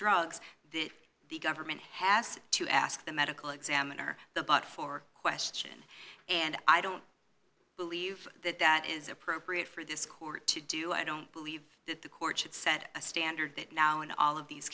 drugs that the government has to ask the medical examiner the book for question and i don't believe that that is appropriate for this court to do i don't believe that the court should set a standard that now in all of these